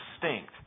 distinct